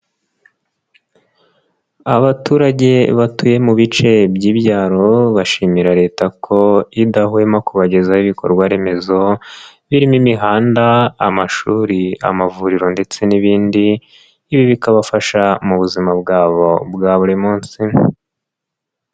Abaturage batuye mu bice by'ibyaro bashimira Leta ko idahwema kubagezaho ibikorwaremezo birimo imihanda, amashuri, amavuriro ndetse n'ibindi, ibi bikabafasha mu buzima bwabo bwa buri munsi.